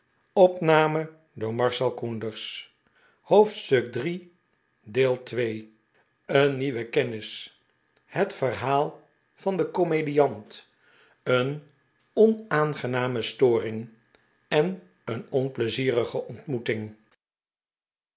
hoofdstuk iii een nieuwe kennls het verhaal van den komedlant een onaangename storing en een onplezierlge ontmoeting